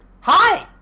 Hi